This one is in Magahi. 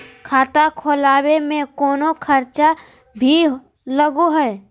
खाता खोलावे में कौनो खर्चा भी लगो है?